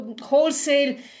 wholesale